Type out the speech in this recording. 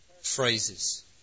phrases